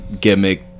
gimmick